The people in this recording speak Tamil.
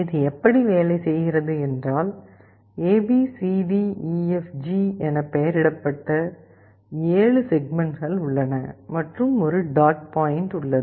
இது எப்படி வேலை செய்கிறது என்றால் A B C D E F G என பெயரிடப்பட்ட 7 செக்மெண்ட்கள் உள்ளன மற்றும் ஒரு டாட் பாயிண்ட் உள்ளது